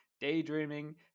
Daydreaming